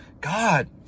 God